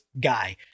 guy